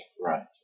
Right